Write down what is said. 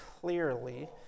clearly